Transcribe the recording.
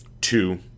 Two